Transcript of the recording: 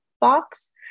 box